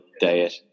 diet